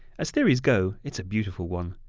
as theories go, it's a beautiful one.